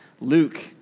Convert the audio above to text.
Luke